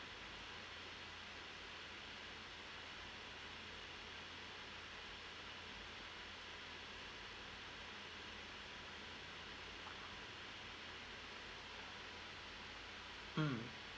mm